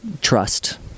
trust